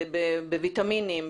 בוויטמינים,